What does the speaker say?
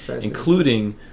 including